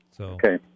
Okay